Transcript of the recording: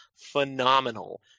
phenomenal